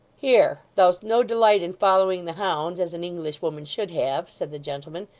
here! thou'st no delight in following the hounds as an englishwoman should have said the gentleman.